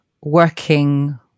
working